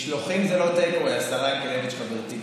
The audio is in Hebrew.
משלוחים זה לא take away, השרה ינקלביץ' חברתי.